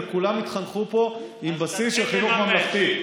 וכולם יתחנכו פה עם בסיס של חינוך ממלכתי.